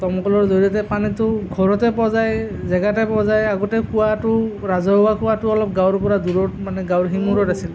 দমকলৰ জৰিয়তে পানীটো ঘৰতে পোৱা যায় জেগাতে পোৱা যায় আগতে কুঁৱাটো ৰাজহুৱা কুঁৱাটো অলপ গাঁৱৰ পৰা দূৰত মানে গাঁৱৰ সিমূৰত আছিল